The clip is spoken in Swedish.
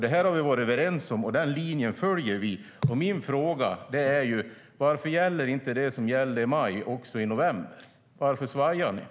Det här har vi varit överens om, och det är en linje som vi följer.